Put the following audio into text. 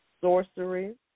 sorcery